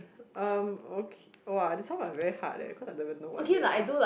um !woah! this one like very hard leh cause I never know what they are